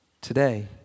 today